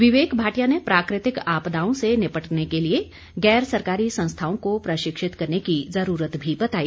विवेक भाटिया ने प्राकृतिक आपदाओं से निपटने के लिए गैर सरकारी संस्थाओं को प्रशिक्षित करने की जरूरत भी बताई